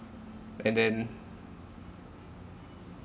and then